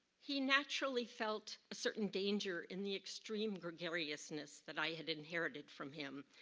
he naturally felt a certain danger in the extreme gregariousness that i had inherited from him.